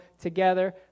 together